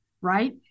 right